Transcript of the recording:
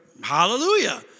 hallelujah